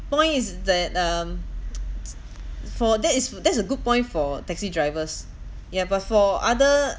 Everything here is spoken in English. point is that um for that is that's a good point for taxi drivers ya but for other